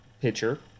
pitcher